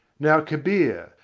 now kabir,